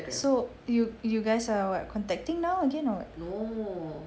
so you you guys are what contacting now again or what